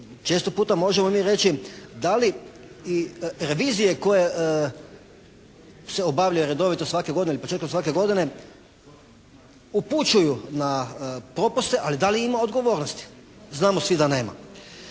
često puta možemo mi reći da li revizije koje se obavljaju redovito svake godine i početkom svake godine upućuju na propuste. Ali da li ima odgovornosti? Znamo svi da nema.